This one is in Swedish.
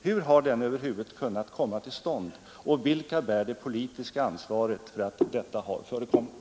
Hur har den över huvud kunnat komma till stånd och vilka bär det politiska ansvaret för att detta har förekommit?